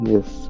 Yes